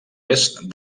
est